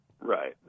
Right